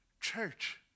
Church